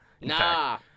Nah